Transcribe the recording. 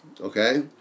okay